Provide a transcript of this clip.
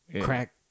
crack